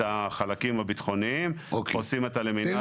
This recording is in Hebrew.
את החלקים הביטחוניים, עושים את הלמינציה.